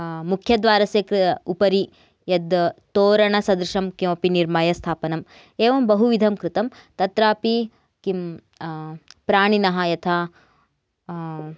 मुख्यद्वारस्य कृ उपरि यत् तोरण सदृशं किमपि निर्माय स्थापनम् एवं बहु विधं कृतम् तत्रापि किं प्राणिनः यथा